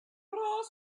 grass